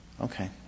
Okay